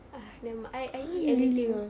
ah nevermi~ I I eat everything ah